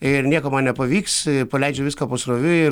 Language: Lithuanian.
ir nieko man nepavyks ir paleidžia viską pasroviui ir